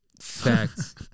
facts